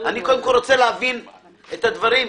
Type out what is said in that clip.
אני קודם כל רוצה להבין את הדברים.